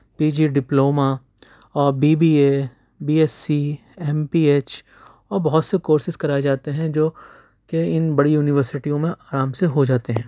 پی G diploma اور B B A B S C M P H اور بہت سے کورسیز کرائے جاتے ہیں جو کہ ان بڑی یونیورسٹیوں میں آرام سے ہو جاتے ہیں